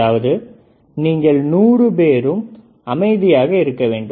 அதாவது நீங்கள் 100 பேரும் பேசாமல் என்னுடைய வார்த்தையை கவனிக்க வேண்டும்